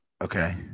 okay